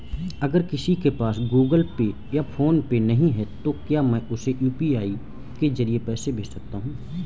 अगर किसी के पास गूगल पे या फोनपे नहीं है तो क्या मैं उसे यू.पी.आई के ज़रिए पैसे भेज सकता हूं?